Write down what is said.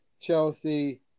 Chelsea